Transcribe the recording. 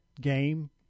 game